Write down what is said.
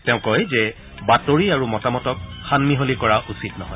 তেওঁ কয় যে বাতৰি আৰু মতামতক সানমিহলি কৰা উচিত নহয়